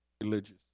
religious